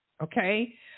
okay